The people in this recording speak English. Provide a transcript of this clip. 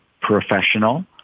professional